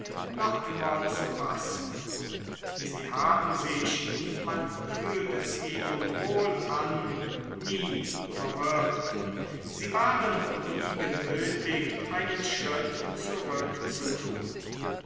noch immer zu passen sie haben sich man fühlt es ihnen wohl an nie verwirrt sie waren nie genötigt einen schritt zurück zu tun